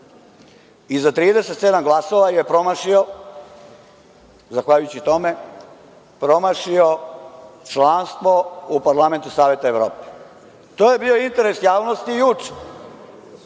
i za 37 glasova je promašio zahvaljujući tome članstvo u parlamentu Saveta Evrope. To je bio interes javnosti i juče.